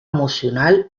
emocional